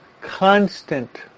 constant